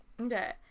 Okay